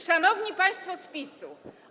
Szanowni Państwo z PiS-u!